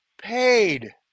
paid